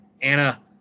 anna